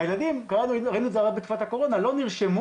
הילדים, ראינו את זה בתקופת הקורונה, לא נרשמו.